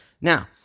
Now